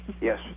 yes